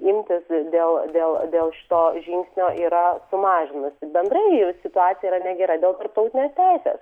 imtis dėl dėl dėl šito žingsnio yra sumažinusi bendrai jau situacija yra negera dėl tarptautinės teisės